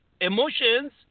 emotions